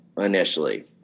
initially